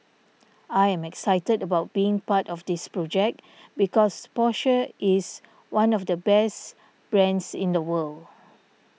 I am excited about being part of this project because Porsche is one of the best brands in the world